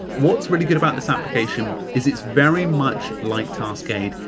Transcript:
what's really good about this application is it's very much like taskade.